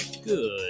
Good